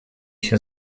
się